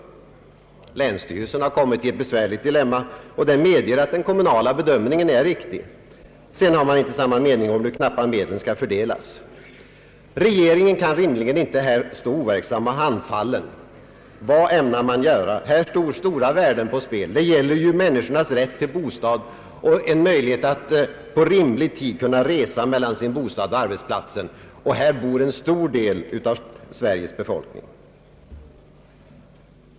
Länsstyrelsen har kommit i ett besvärligt dilemma och den medger att den kommunala bedömningen är riktig. Sedan har man inte samma mening om hur de knappa medlen skall fördelas. Regeringen kan inte rimligen här stå overksam och handfallen. Vad ämnar man göra? Här står stora värden på spel. Det gäller ju människornas rätt till bostad och en möjlighet att på rimlig tid kunna resa mellan sin bostad och arbetsplatsen, och här bor en stor del av Sveriges befolkning.